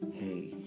Hey